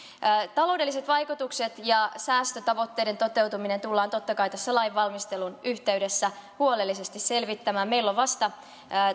taloudelliset vaikutukset ja säästötavoitteiden toteutuminen tullaan totta kai tässä lainvalmistelun yhteydessä huolellisesti selvittämään meillä on vasta